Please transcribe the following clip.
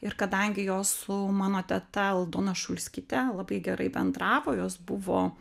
ir kadangi jos su mano teta aldona šulskyte labai gerai bendravo jos buvo